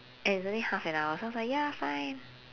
and it's only half an hour so I was like ya fine